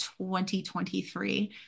2023